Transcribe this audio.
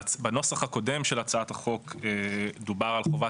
בנוסח הקודם של הצעת החוק דובר על חובת